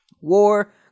War